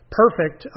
perfect